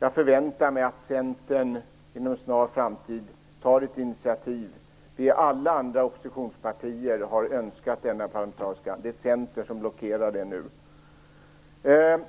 Jag förväntar mig att Centern inom en snar framtid tar ett initiativ. Alla andra oppositionspartier har önskat denna parlamentariska utredning, det är Centern som blockerar detta.